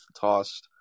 tossed